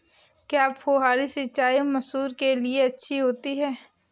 क्या फुहारी सिंचाई मसूर के लिए अच्छी होती है?